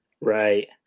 Right